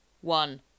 one